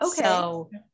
Okay